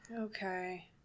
Okay